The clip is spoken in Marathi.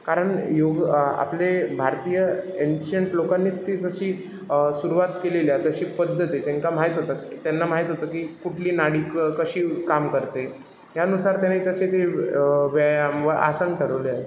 कारण योग आपले भारतीय एन्शंट लोकांनी ती जशी सुरुवात केलेल्या तशी पद्धती त्यांका माहीत होतं त्यांना माहीत होतं की कुठली नाडी क कशी काम करते यानुसार त्यांनी तसे ते व्यायाम व आसन ठरवले आहेत